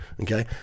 Okay